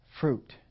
fruit